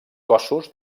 cossos